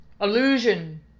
Illusion